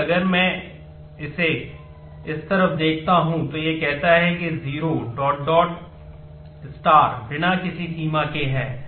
जबकि अगर मैं इस तरफ देखता हूं तो यह कहता है कि 0 बिना किसी सीमा के है